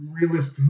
Realist